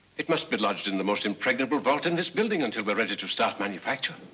it must be lodged in the most impregnable vault in this building until we're ready to start manufacture.